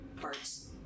parts